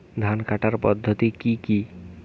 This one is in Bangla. ধান কাটার পদ্ধতি কি কি?